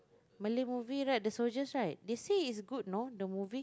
Malay movie right the soldiers right they say is good nor the movie